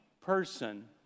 person